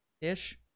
ish